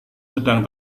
sedang